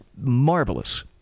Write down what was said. marvelous